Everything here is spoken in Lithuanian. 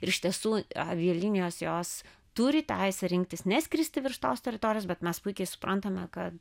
ir iš tiesų avialinijos jos turi teisę rinktis ne skristi virš tos teritorijos bet mes puikiai suprantame kad